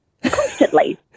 constantly